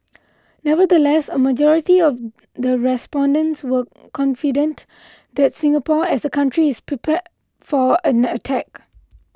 nevertheless a majority of the respondents were confident that Singapore as a country is prepared for an attack